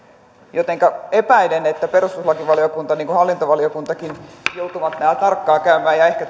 jotenka epäilen että perustuslakivaliokunta niin kuin hallintovaliokuntakin joutuvat nämä tarkkaan käymään ja ehkä